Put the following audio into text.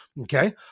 Okay